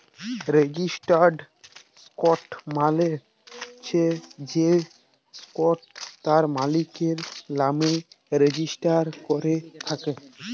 registered stock মালে চ্ছ যে স্টক তার মালিকের লামে রেজিস্টার করাক থাক্যে